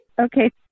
Okay